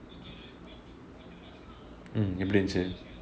mm indonesia